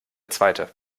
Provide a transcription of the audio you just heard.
zweite